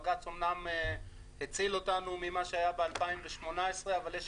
בג"ץ אמנם הציל אותנו ממה שהיה ב-2018 אבל יש